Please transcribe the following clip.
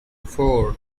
four